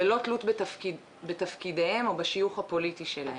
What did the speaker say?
ללא תלות בתפקידיהם או בשיוך הפוליטי שלהם.